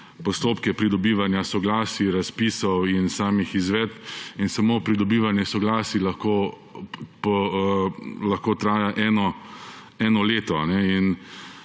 postopke pridobivanja soglasij, razpisov in samih izvedb in samo pridobivanje soglasij lahko traja eno leto.